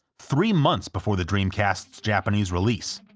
three months before the dreamcast's japanese release.